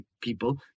people